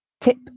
Tip